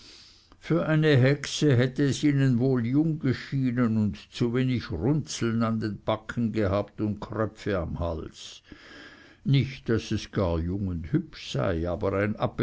für eine hexe hätte es ihnen wohl jung geschienen und zu wenig runzeln an den backen gehabt und kröpfe am hals nicht daß es gar jung und hübsch sei aber ein